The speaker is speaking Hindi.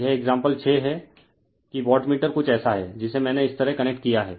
यह एक्साम्पल 6 है कि वाटमीटर कुछ ऐसा है जिसे मैंने इस तरह कनेक्ट किया है